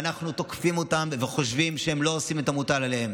ואנחנו תוקפים אותם וחושבים שהם לא עושים את המוטל עליהם.